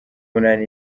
munani